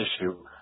issue